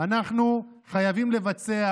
אנחנו חייבים לבצע,